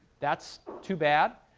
that's too bad.